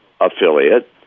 affiliate